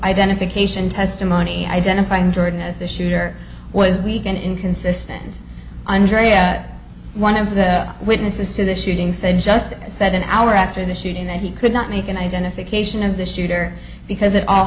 identification testimony identifying jordan as the shooter was weak and inconsistent under one of the witnesses to the shooting said just said an hour after the shooting that he could not make an identification of the shooter because it all